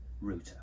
router